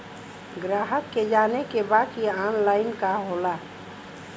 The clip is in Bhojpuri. ग्राहक के जाने के बा की ऑनलाइन का होला?